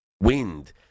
Wind